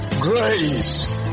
Grace